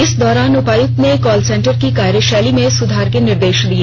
इस दौरान उपायुक्त ने कॉल सेंटर की कार्य शैली में सुधार के निर्देश दिए